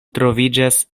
troviĝas